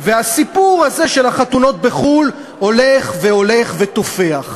והסיפור הזה של החתונות בחו"ל הולך והולך ותופח.